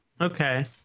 Okay